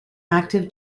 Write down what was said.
active